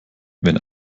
wenn